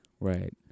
Right